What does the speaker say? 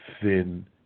thin